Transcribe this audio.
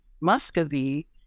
Muscovy